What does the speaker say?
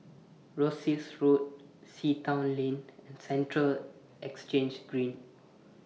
Rosyth Road Sea Town Lane and Central Exchange Green